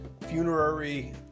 funerary